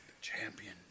Champion